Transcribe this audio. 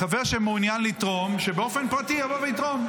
החבר שמעוניין לתרום, שבאופן פרטי יבוא ויתרום.